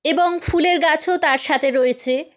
এবং ফুলের গাছও তার সাথে রয়েছে